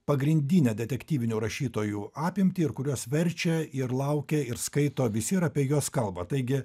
pagrindinę detektyvinių rašytojų apimtį ir kuriuos verčia ir laukia ir skaito visi ir apie juos kalba taigi